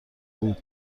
بود